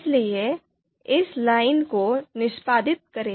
इसलिए इस लाइन को निष्पादित करें